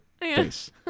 face